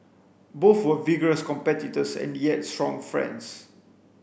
both were vigorous competitors and yet strong friends